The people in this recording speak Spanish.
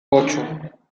ocho